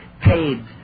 paid